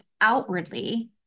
outwardly